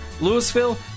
Louisville